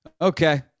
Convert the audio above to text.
Okay